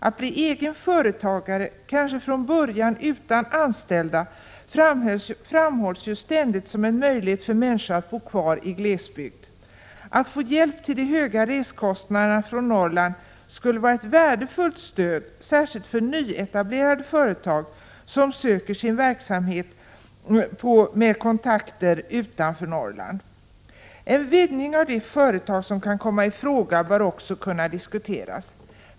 Att bli egen företagare — kanske från början utan anställda — framhålls ju ständigt som en möjlighet för människor att bo kvar i glesbygd. Att få bidrag till de höga resekostnaderna till och från Norrland skulle vara ett värdefullt stöd särskilt för nyetablerade företag, som bygger sin verksamhet på kontakter utanför Norrland. En vidgning av vilka företag som kan komma i fråga bör också diskuteras.